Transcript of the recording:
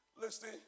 listen